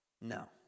No